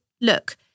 look